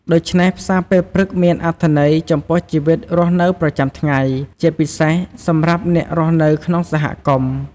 ដូច្នេះផ្សារពេលព្រឹកមានអត្ថន័យចំពោះជីវិតរស់នៅប្រចាំថ្ងៃ ជាពិសេសសម្រាប់អ្នករស់នៅក្នុងសហគមន៍។